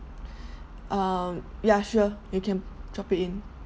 um yeah sure you can drop it in